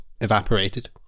evaporated